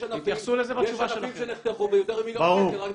יש ענפים ויש ענפים שנחתכו ביותר ממיליון שקל רק בגלל הסיפור הזה.